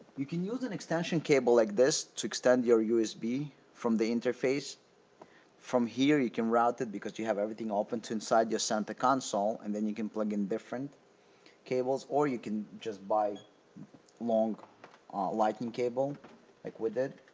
you can use an extension cable like this to extend your usb from the interface from here you can route it because you have everything open to inside your center console and then you can plug in different cables or you can just buy a long lightning cable like with it.